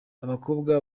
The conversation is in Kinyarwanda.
abakobwa